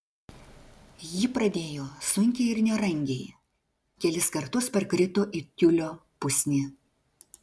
ji pradėjo sunkiai ir nerangiai kelis kartus parkrito į tiulio pusnį